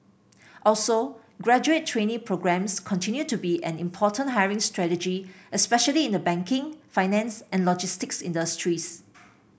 also graduate trainee programmes continue to be an important hiring strategy especially in the banking finance and logistics industries